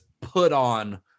put-on